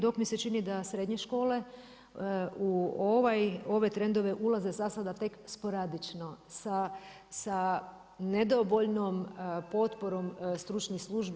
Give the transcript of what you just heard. Dok mi se čini da srednje škole u ove trendove uzlaze za sada tek sporadično sa nedovoljnom potporom stručnih službi.